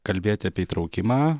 kalbėti apie įtraukimą